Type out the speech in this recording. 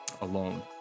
alone